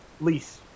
lease